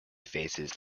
faces